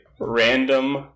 random